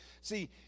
See